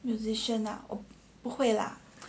musician ah 我不会 lah